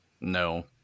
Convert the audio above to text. No